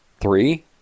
Three